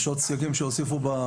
יש עוד סייגים שהוסיפו.